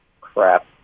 Crap